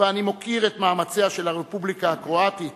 ואני מוקיר את מאמציה של הרפובליקה הקרואטית